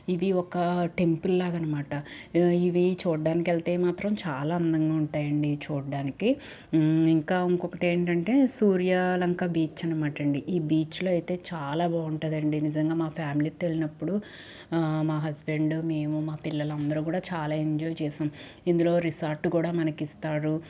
ఇవి ఒక టెంపుల్లాగా అనమాట ఇవి చూడ్డానికి వెళ్తే మాత్రం చాలా అందంగా ఉంటాయండి చూడడానికి ఇంకా ఇంకొకటి ఏంటంటే సూర్యలంక బీచ్ అనమాట అండి ఈ బీచ్లో అయితే చాలా బాగుంటదండి నిజంగా మా ఫ్యామిలీతో వెళ్ళినప్పుడు మా హస్బెండ్ మేము మా పిల్లలందరూ కూడా చాలా ఎంజాయ్ చేసాం ఇందులో రిసార్ట్ కూడా మనకి ఇస్తారు